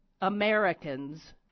Americans